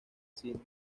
cine